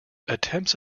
attempts